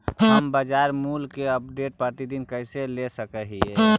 हम बाजार मूल्य के अपडेट, प्रतिदिन कैसे ले सक हिय?